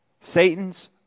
Satan's